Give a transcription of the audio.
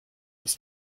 uns